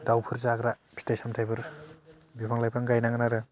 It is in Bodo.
दावफोर जाग्रा फिथाइ सामथाइफोर बिफां लाइफां गायनांगोन आरो